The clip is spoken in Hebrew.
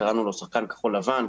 קראנו לו "שחקן כחול לבן",